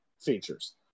features